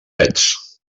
pets